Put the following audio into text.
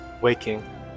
waking